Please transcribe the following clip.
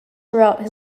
throughout